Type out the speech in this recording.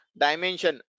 dimension